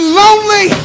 lonely